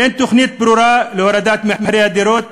אין תוכנית ברורה להורדת מחירי הדירות,